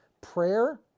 Prayer